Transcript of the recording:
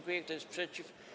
Kto jest przeciw?